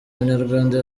umunyarwanda